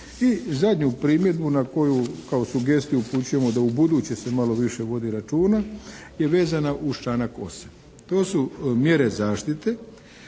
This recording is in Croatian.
I zadnju primjedbu na koju kao sugestiju upućujemo da u buduće se malo više vodi računa je vezana uz članak 8. To su mjere zaštite